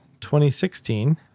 2016